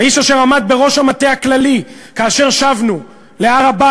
האיש אשר עמד בראש המטה הכללי כאשר שבנו להר-הבית,